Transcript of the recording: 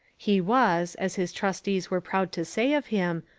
he was, as his trustees were proud to say of him,